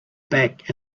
back